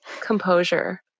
composure